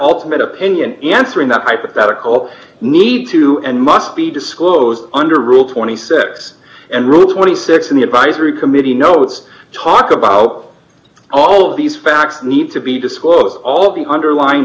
ultimate opinion answering that hypothetical need to and must be disclosed under rule twenty six and route twenty six in the advisory committee no it's talk about all of these facts need to be disclosed all the underlying